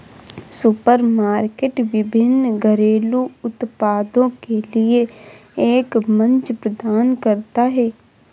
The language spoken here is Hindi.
सुपरमार्केट विभिन्न घरेलू उत्पादों के लिए एक मंच प्रदान करता है